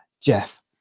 Jeff